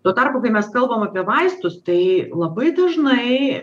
tuo tarpu kai mes kalbam apie vaistus tai labai dažnai